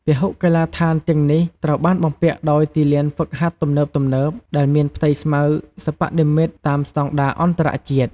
ពហុកីឡដ្ឋានទាំងនេះត្រូវបានបំពាក់ដោយទីលានហ្វឹកហាត់ទំនើបៗ ដែលមានផ្ទៃស្មៅសិប្បនិមិត្តតាមស្តង់ដារអន្តរជាតិ។